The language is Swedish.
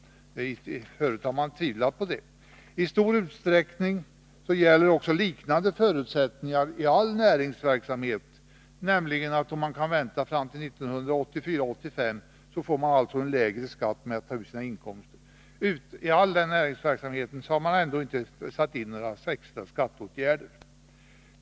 Förut har man tvivlat på det. I stor utsträckning gäller liknande förutsättningar i all näringsverksamhet — nämligen att om man kan vänta fram till 1984 eller 1985 så får man alltså en lägre skatt — utan att extra skatteåtgärder sätts in.